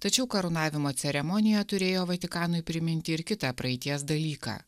tačiau karūnavimo ceremonija turėjo vatikanui priminti ir kitą praeities dalyką